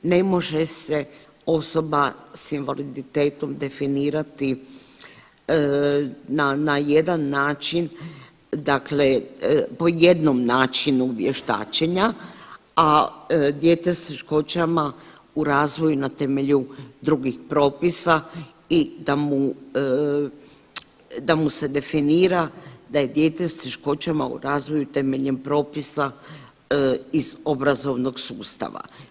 Ne može se osoba s invaliditetom definirati na jedan način dakle po jednom načinu vještačenja, a dijete s teškoćama u razvoju na temelju drugih propisa i da mu se definira da je dijete s teškoćama u razvoju temeljem propisa iz obrazovnog sustava.